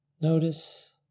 Notice